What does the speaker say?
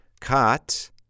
cot